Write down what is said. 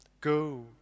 Go